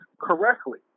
correctly